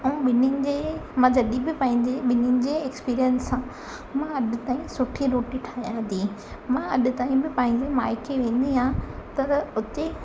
ऐं ॿिन्हिनि जंहिं मां जॾहिं बि पंहिंजे ॿिन्हिनि जे एक्सपीरियंस सां मां अॼु ताईं सुठी रोटी ठाहियां थी मां अॼु ताईं बि पंहिंजे माइके वेंदी आहियां त उते